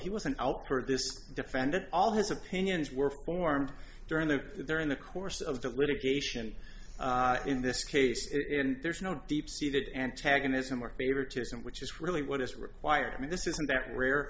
he wasn't out for this defendant all his opinions were formed during the during the course of the litigation in this case and there's no deep seated antagonism work favoritism which is really what is required i mean this isn't that rare